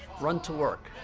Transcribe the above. run to work.